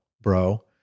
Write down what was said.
bro